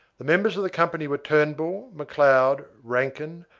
the members of the company were turnbull, mcleod, rankin,